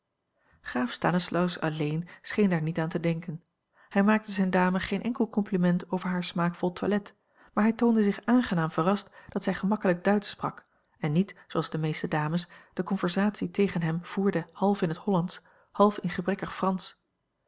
graaf stanislaus alleen scheen daar niet aan te denken hij maakte zijne dame geen enkel compliment over haar smaakvol toilet maar hij toonde zich aangenaam verrast dat zij gemakkelijk duitsch sprak en niet zooals de meeste dames de conversatie tegen hem voerde half in het hollandsch half in gebrekkig fransch